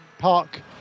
park